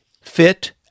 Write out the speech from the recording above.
fit